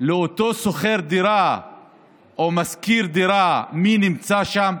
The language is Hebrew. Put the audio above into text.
לאותו משכיר דירה מי נמצא שם?